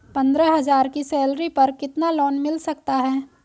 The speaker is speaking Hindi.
पंद्रह हज़ार की सैलरी पर कितना लोन मिल सकता है?